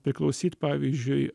priklausyt pavyzdžiui